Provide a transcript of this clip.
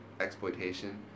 exploitation